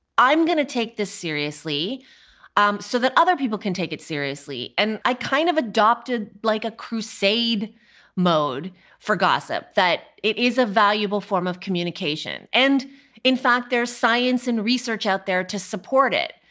i'm going to take this seriously um so that other people can take it seriously. and i kind of adopted like a crusade mode for gossip, that it is a valuable form of communication. and in fact there's science and research out there to support it.